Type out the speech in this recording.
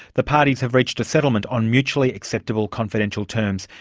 the parties have reached a settlement on mutually acceptable confidential terms,